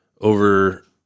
Over